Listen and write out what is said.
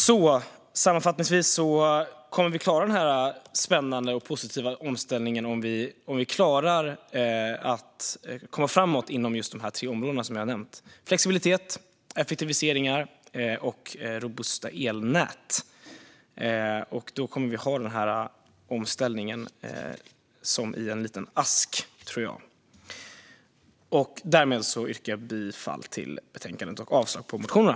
Sammanfattningsvis kommer vi att klara den här spännande och positiva omställningen om vi klarar av att komma framåt inom just de tre områden som jag har nämnt: flexibilitet, effektiviseringar och robusta elnät. Då tror jag att vi kommer att ha omställningen som i en liten ask. Jag yrkar därmed bifall till förslaget i betänkandet och avslag på motionerna.